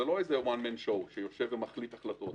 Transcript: זה לא one man show שיושב ומחליט החלטות.